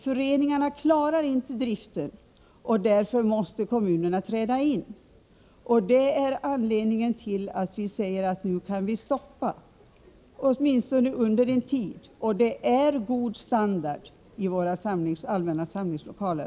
Föreningarna klarar inte driften, och därför måste kommunerna träda in. Detta är anledningen till att vi säger att vi kan stoppa — åtminstone för en tid. Det är också, Agne Hansson, god standard på våra allmänna samlingslokaler.